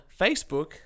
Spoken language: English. Facebook